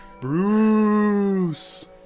Bruce